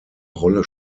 rolle